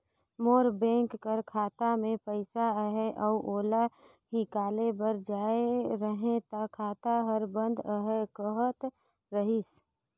मोर bank कर खाता में पइसा अहे अउ ओला हिंकाले बर जाए रहें ता खाता हर बंद अहे कहत रहिस